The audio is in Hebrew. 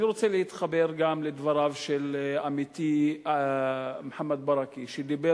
אני רוצה להתחבר גם לדבריו של עמיתי מוחמד ברכה שדיבר